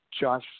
Josh